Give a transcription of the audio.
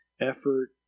effort